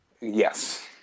Yes